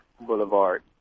Boulevard